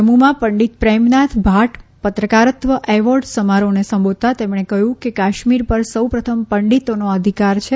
જમ્મુમાં પંડીત પ્રેમનાથ ભાટ પત્રકારત્વ એવોર્ડ સમારોહને સંબોધતાં તેમણે કહ્યું કે કાશ્મીર પર સૌ પ્રથમ પંડીતોનો અધિકાર છે